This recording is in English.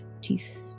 teeth